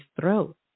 throat